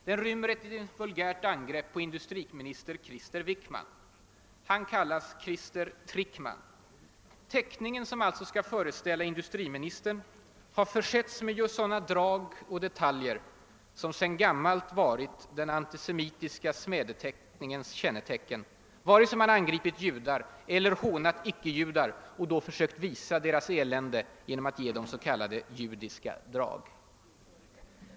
Den rymmer ett vulgärt angrepp på industriminister Krister Wickman. Han kallas Krister Trickman. Teckningen, som alltså skall föreställa industriministern, har försetts med just sådana drag och detaljer som sedan gammalt varit den antisemitiska smädeteckningens kännetecken vare sig man angripit judar eller hånat icke-judar och då försökt visa deras elände genom att ge dem s.k. judiska drag.